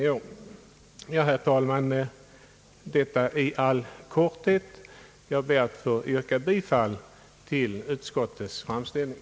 Jag ber, herr talman, att få yrka bifall till utskottets förslag.